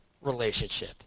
relationship